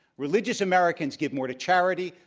religious americans give more to charity,